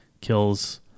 kills